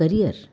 career